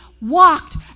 walked